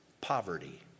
poverty